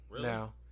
now